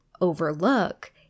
overlook